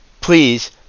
please